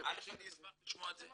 אני אשמח לשמוע את זה.